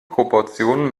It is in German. proportionen